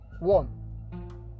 One